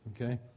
Okay